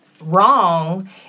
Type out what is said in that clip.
wrong